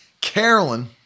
Carolyn